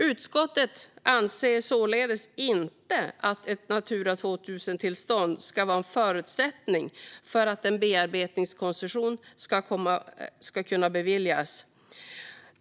Utskottet anser således inte att ett Natura 2000-tillstånd ska vara en förutsättning för att en bearbetningskoncession ska kunna beviljas.